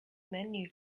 menu